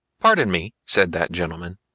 pardon me, said that gentleman,